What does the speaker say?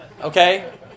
Okay